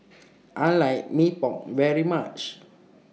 I like Mee Pok very much